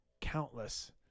countless